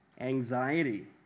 anxiety